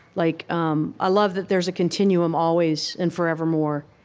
like um i love that there's a continuum always and forevermore,